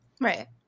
Right